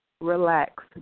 relax